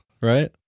right